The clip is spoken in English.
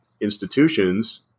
institutions